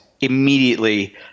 immediately